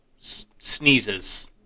sneezes